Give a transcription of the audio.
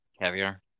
Caviar